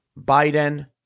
Biden